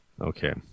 Okay